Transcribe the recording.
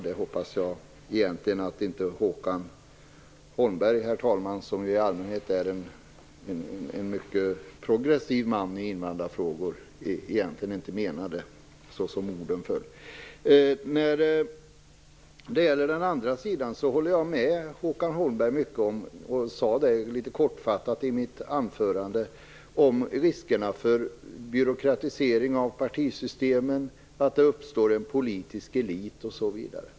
Jag hoppas att Håkan Holmberg, som ju i allmänhet är en mycket progressiv man i invandrarfrågor, egentligen inte menade detta så som orden föll. Jag håller med Håkan Holmberg om riskerna för byråkratisering av partisystemen och att det uppstår en politisk elit. Jag sade det litet kortfattat i mitt anförande.